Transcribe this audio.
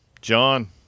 John